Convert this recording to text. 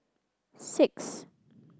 six